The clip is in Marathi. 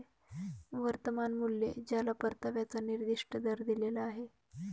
वर्तमान मूल्य ज्याला परताव्याचा निर्दिष्ट दर दिलेला आहे